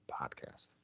podcast